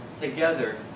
together